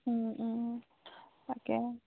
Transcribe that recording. তাকে